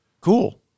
cool